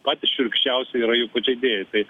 patys šiurkščiausi yra jų pažeidėjai tai